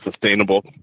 sustainable